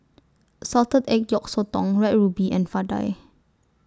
Salted Egg Yolk Sotong Red Ruby and Vadai